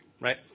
Right